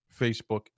Facebook